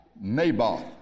Naboth